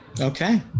Okay